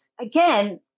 again